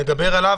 נדבר עליו,